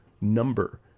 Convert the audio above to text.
number